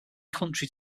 country